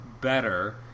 better